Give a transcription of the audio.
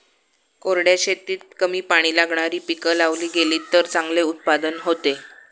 कोरड्या शेतीत कमी पाणी लागणारी पिकं लावली गेलीत तर चांगले उत्पादन होते